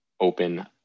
open